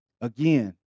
Again